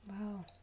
wow